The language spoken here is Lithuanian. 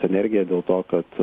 energiją dėl to kad